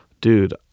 dude